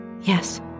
Yes